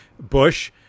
bush